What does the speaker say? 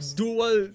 dual